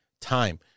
time